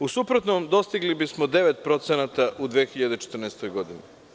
U suprotnom, dostigli bismo 9% u 2014. godini.